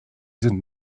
sind